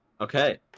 Okay